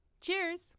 Cheers